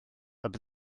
bydd